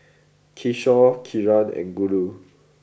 Kishore Kiran and Guru